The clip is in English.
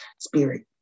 spirit